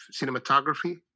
cinematography